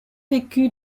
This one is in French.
vécu